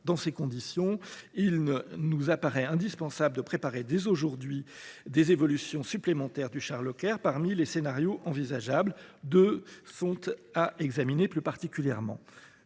Dans ces conditions, il nous paraît indispensable de préparer dès aujourd’hui des évolutions supplémentaires du char Leclerc. Parmi les scénarios envisageables, deux sont à examiner de plus près : premièrement,